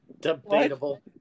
Debatable